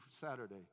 Saturday